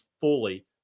fully